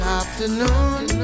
afternoon